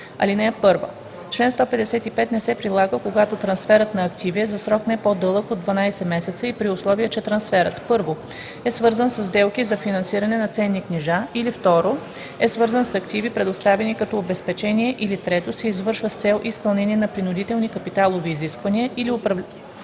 Член 155 не се прилага, когато трансферът на активи е за срок, не по-дълъг от 12 месеца, и при условие че трансферът: 1. е свързан със сделки за финансиране на ценни книжа, или 2. е свързан с активи, предоставени като обезпечение, или 3. се извършва с цел изпълнение на пруденциални капиталови изисквания или управление